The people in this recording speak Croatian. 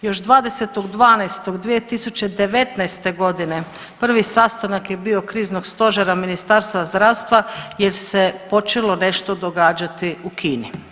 Još 20.12.2019. g. prvi sastanak je bio Kriznog stožera Ministarstva zdravstva jer se počelo nešto događati u Kini.